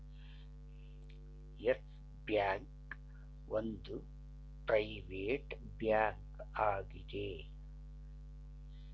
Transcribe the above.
Yes Bank ಒಂದು private bank ಆಗಿದೆ